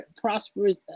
prosperous